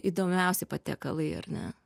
įdomiausi patiekalai ar ne